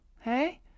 Hey